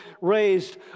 raised